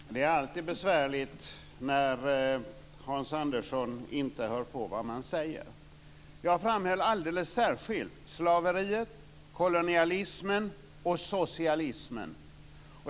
Fru talman! Det är alltid besvärligt när Hans Andersson inte hör på vad man säger. Jag framhöll alldeles särskilt slaveriet, kolonialismen och socialismen.